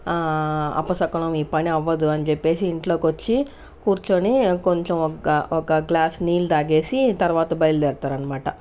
అపశకునం ఈ పని అవ్వదని చెప్పేసి ఇంట్లోకి వచ్చి కూర్చొని కొంచెం ఒక ఒక గ్లాసు నీళ్లు తాగేసి తర్వాత బయలుదేరతారనమాట